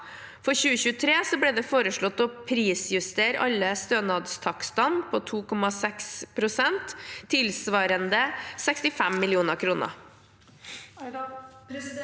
For 2023 ble det foreslått å prisjustere alle stønadstakstene med 2,6 pst., tilsvarende 65 mill. kr.